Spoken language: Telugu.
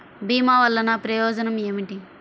భీమ వల్లన ప్రయోజనం ఏమిటి?